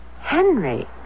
Henry